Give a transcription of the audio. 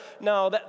No